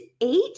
eight